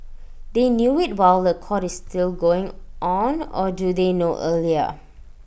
they knew IT while The Court is still going on or do they know earlier